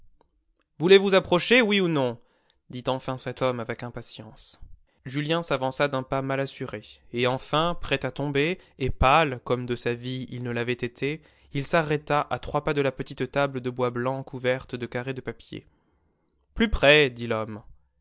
voulez-vous approcher oui ou non dit enfin cet homme avec impatience julien s'avança d'un pas mal assuré et enfin prêt à tomber et pâle comme de sa vie il ne l'avait été il s'arrêta à trois pas de la petite table de bois blanc couverte de carrés de papier plus près dit l'homme